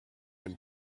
and